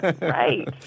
right